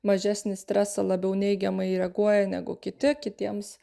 mažesnį stresą labiau neigiamai reaguoja negu kiti kitiems